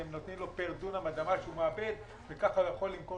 שנותנים לחקלאי פר דונם אדמה שהוא מעבד וכך הוא יכול למכור